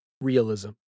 realism